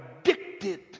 addicted